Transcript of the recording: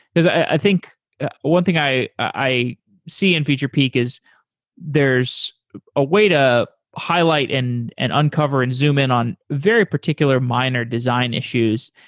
because i think one thing i i see in featurepeek is there's a way to highlight and and uncover and zoom-in on very particular minor design issues.